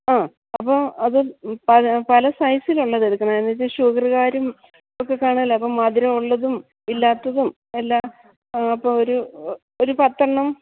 ആ അപ്പോൾ അത് പല പല സൈസിലുള്ളത് എടുക്കണേ എന്താണെന്ന് വച്ചാൽ ഷുഗറുകാരും ഒക്കെ കാണുമല്ലോ അപ്പോൾ മധുരം ഉള്ളതും ഇല്ലാത്തതും എല്ലാം അപ്പം ഒരു ഒരു പത്തെണ്ണം